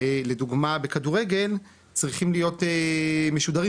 לדוגמא בכדורגל צריכים להיות משודרים,